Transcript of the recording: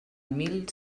mil